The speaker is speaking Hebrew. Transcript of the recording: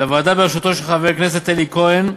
לוועדה בראשותו של חבר הכנסת אלי כהן,